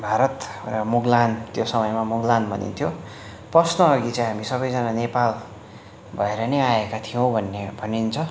भारत मुगलान त्यो समयमा मुगलान भनिन्थ्यो पस्नअघि चाहिँ हामी सबैजना नेपाल भएर नै आएका थियौँ भन्ने भनिन्छ